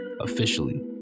officially